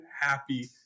happy